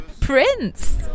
Prince